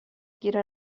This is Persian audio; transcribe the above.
گیر